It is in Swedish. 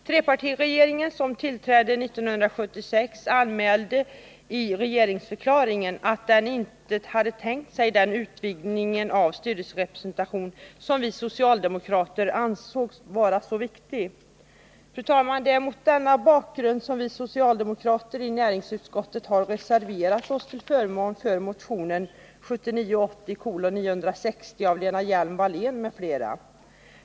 Trepartiregeringen som tillträdde 1976 anmälde i regeringsförklaringen att den inte tänkte sig den utvidgning av styrelserepresentationen som vi socialdemokrater ansåg vara så viktig. Fru talman! Det är mot denna bakgrund som vi socialdemokrater i näringsutskottet har reserverat oss till förmån för motionen 1979/80:960 av Lena Hjelm-Wallén m.fl.